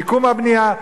מיקום הבנייה,